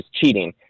cheating